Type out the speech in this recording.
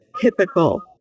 typical